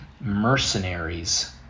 mercenaries